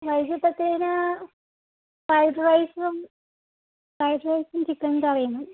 വൈകീട്ടത്തേതിന് fried റൈസും fried റൈസും chicken കറിയും